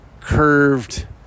curved